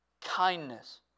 kindness